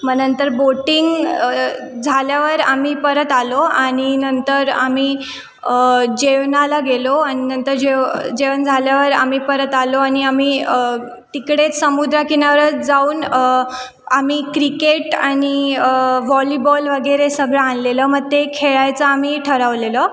मग नंतर बोटिंग झाल्यावर आम्ही परत आलो आणि नंतर आम्ही जेवणाला गेलो आणि नंतर जेव जेवण झाल्यावर आम्ही परत आलो आणि आम्ही तिकडे समुद्र किनाऱ्या जाऊन आम्ही क्रिकेट आणि व्हॉलीबॉल वगैरे सगळं आणलेलं मग ते खेळायचं आम्ही ठरवलेलं